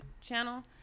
channel